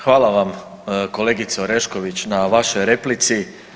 Hvala vam kolegice Orešković na vašoj replici.